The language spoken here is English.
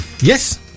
yes